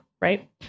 right